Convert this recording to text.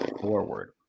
forward